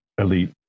elite